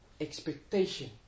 expectation